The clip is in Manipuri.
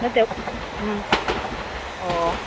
ꯅꯠꯇꯦ ꯎꯝ ꯑꯣ